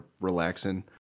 relaxing